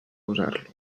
usar